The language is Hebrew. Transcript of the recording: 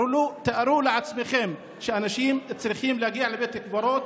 תארו לעצמכם שאנשים צריכים להגיע לבית הקברות,